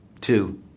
Two